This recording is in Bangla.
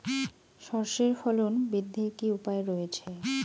সর্ষের ফলন বৃদ্ধির কি উপায় রয়েছে?